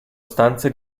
stanze